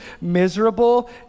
miserable